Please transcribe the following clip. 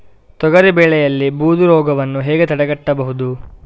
ತೊಗರಿ ಬೆಳೆಯಲ್ಲಿ ಬೂದು ರೋಗವನ್ನು ಹೇಗೆ ತಡೆಗಟ್ಟಬಹುದು?